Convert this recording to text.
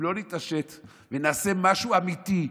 אם לא נתעשת ונעשה משהו אמיתי,